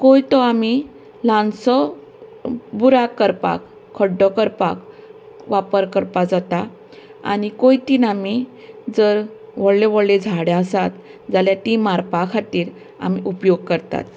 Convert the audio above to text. कोयतो आमी ल्हानसो बुराक करपाक खड्डो करपाक वापर करपाक जाता आनी कोयतेन आमी जर व्हडलें व्हडें झाडां आसात जाल्यार ती मारपा खातीर आमी उपयोग करतात